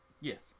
Yes